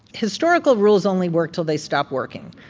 historical rules only work till they stop working.